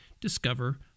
discover